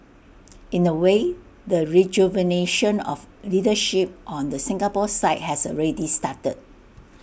in A way the rejuvenation of leadership on the Singapore side has already started